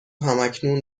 همکنون